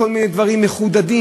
מכל מיני דברים מחודדים,